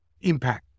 impact